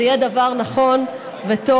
זה יהיה דבר נכון וטוב.